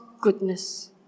goodness